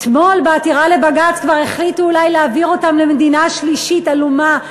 אתמול בעתירה לבג"ץ כבר החליטו אולי להעביר אותם למדינה שלישית עלומה,